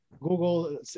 Google